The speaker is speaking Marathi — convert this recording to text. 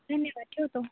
धन्यवाद ठेवतो